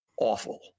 awful